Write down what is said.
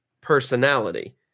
personality